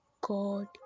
God